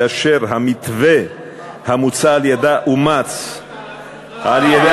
ואשר המתווה המוצע על-ידה אומץ על-ידי